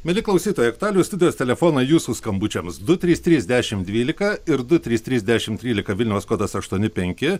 mieli klausytojai aktualijų studijos telefoną jūsų skambučiams du trys trys dešimt dvylika ir du trys trys dešimt trylika vilniaus kodas aštuoni penki